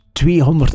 200